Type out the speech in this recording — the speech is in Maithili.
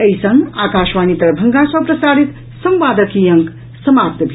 एहि संग आकाशवाणी दरभंगा सँ प्रसारित संवादक ई अंक समाप्त भेल